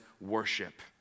worship